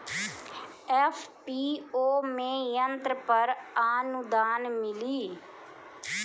FPO में यंत्र पर आनुदान मिँली?